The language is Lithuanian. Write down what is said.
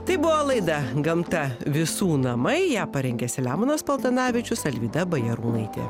tai buvo laida gamta visų namai ją parengė selemonas paltanavičius alvyda bajarūnaitė